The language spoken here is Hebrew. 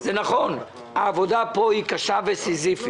זה נכון, העבודה פה היא קשה וסיזיפית,